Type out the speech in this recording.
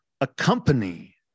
accompany